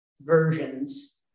versions